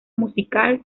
musical